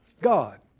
God